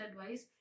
advice